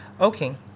okay